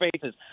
faces